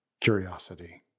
curiosity